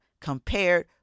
compared